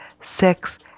six